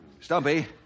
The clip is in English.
Stumpy